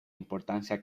importancia